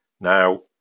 now